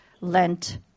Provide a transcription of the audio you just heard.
Lent